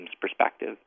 perspective